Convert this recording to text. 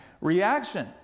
reaction